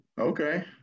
Okay